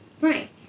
Right